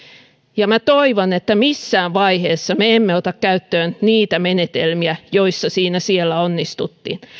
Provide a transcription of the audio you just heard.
ja minä toivon että missään vaiheessa me emme ota käyttöön niitä menetelmiä joissa siinä siellä onnistuttiin